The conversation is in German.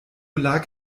lag